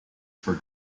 for